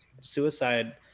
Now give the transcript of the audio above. suicide